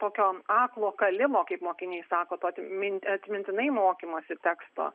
tokio aklo kalimo kaip mokiniai sako tokią mintį atmintinai mokymosi teksto